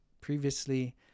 previously